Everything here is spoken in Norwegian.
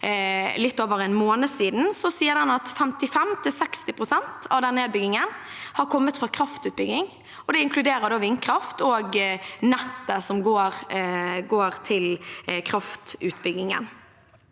litt over en måned siden, så sier den at 55–60 pst. av den nedbyggingen har kommet fra kraftutbygging, og det inkluderer vindkraft og nettet som går til kraftutbyggingen.